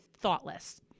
thoughtless